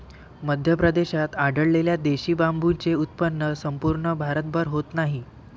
मध्य प्रदेशात आढळलेल्या देशी बांबूचे उत्पन्न संपूर्ण भारतभर होत नाही